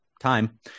time